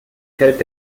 hält